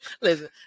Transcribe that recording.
Listen